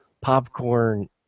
popcorn